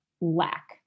lack